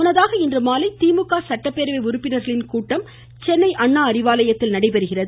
முன்னதாக இன்று மாலை திமுக சட்டப்பேரவை உறுப்பினர்களின் கூட்டம் சென்னை அண்ணா அறிவாலயத்தில் நடைபெறுகிறது